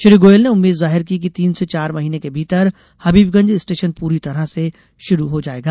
श्री गोयल ने उम्मीद जाहिर की कि तीन से चार महीने के भीतर हबीबगंज स्टेशन पूरी तरह से शुरू हो जायेगा